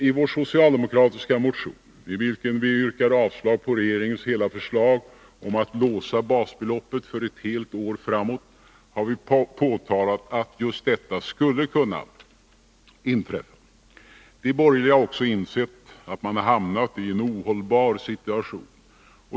I vår socialdemokratiska motion, i vilken vi yrkar avslag på regeringens hela förslag om att låsa basbeloppet för ett helt år framåt, har vi påtalat att just detta skulle kunna inträffa. De borgerliga har också insett att man hamnat i en ohållbar situation.